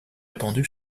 répandu